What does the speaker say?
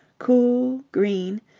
cool, green,